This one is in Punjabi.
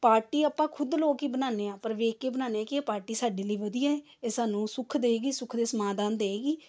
ਪਾਰਟੀ ਆਪਾਂ ਖੁਦ ਲੋਕ ਹੀ ਬਣਾਉਂਦੇ ਹਾਂ ਪਰ ਵੇਖ ਕੇ ਬਣਾਉਂਦੇ ਹਾਂ ਕਿ ਇਹ ਪਾਰਟੀ ਸਾਡੇ ਲਈ ਵਧੀਆ ਹੈ ਇਹ ਸਾਨੂੰ ਸੁੱਖ ਦੇਵੇਗੀ ਸੁੱਖ ਦੇ ਸਮਾਧਾਨ ਦੇਵੇਗੀ